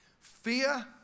fear